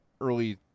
early